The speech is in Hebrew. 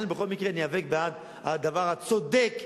אנחנו בכל מקרה ניאבק בעד הדבר הצודק,